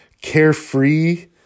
carefree